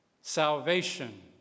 salvation